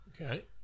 okay